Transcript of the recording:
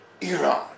Iran